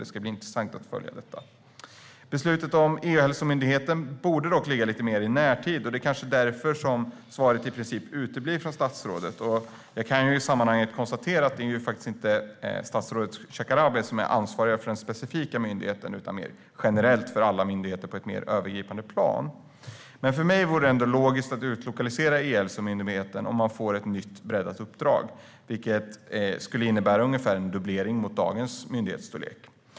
Det ska bli intressant att följa detta. Beslutet om E-hälsomyndigheten borde dock ligga lite mer i närtid. Det är kanske därför som svaret i princip uteblir från statsrådet. Jag kan ju i sammanhanget konstatera att statsrådet Shekarabis ansvar inte är för den specifika myndigheten utan mer generellt för alla myndigheter på ett mer övergripande plan. För mig vore det ändå logiskt att utlokalisera E-hälsomyndigheten om den får ett nytt breddat uppdrag, vilket skulle innebära ungefär en dubblering av myndighetens storlek i dag.